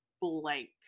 blank